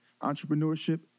entrepreneurship